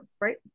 right